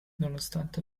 nonostante